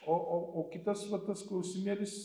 o o o kitas va tas klausimėlis